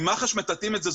אם מח"ש מטאטאים את זה,